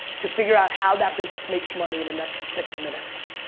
to figure out how that business makes money in the next six minutes.